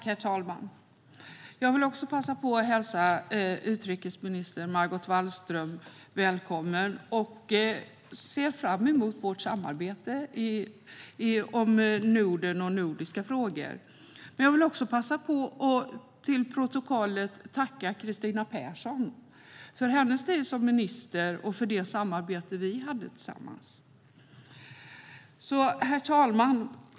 Herr talman! Även jag vill passa på att hälsa utrikesminister Margot Wallström välkommen. Jag ser fram emot vårt samarbete om Norden och nordiska frågor. Jag vill också passa på att för protokollets skull tacka Kristina Persson för hennes tid som minister och för det samarbete vi hade. Herr talman!